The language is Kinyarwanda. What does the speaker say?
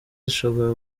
zishobora